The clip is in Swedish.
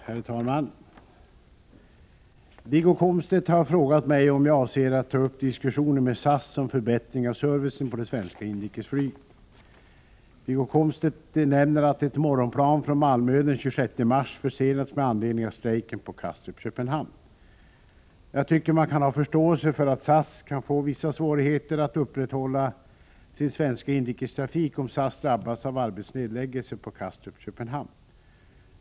Herr talman! Wiggo Komstedt har frågat mig om jag avser att ta upp diskussioner med SAS om förbättring av servicen på det svenska inrikesflyget. Wiggo Komstedt nämner att ett morgonplan från Malmö den 26 mars försenats med anledning av strejken på Kastrup Köpenhamn.